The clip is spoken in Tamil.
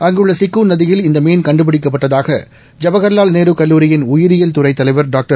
அங்குள்ள சிக்கு நதியில் இந்த மீன் கண்டுபிடிக்கப்பட்டதாக ஜவஹாலால் நேரு கல்லூரியின் உயிரியல் தலைவர் துறைத் டாக்டர்